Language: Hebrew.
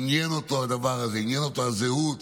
עניין אותו הדבר הזה, עניינה אותו הזהות,